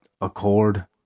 Accord